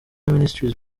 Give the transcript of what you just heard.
ministries